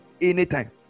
anytime